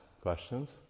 Questions